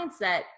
mindset